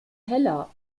heller